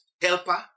helper